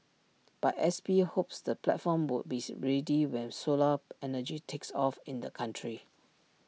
but S P hopes the platform would be ready when solar energy takes off in the country